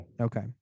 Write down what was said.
okay